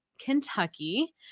Kentucky